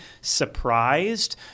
surprised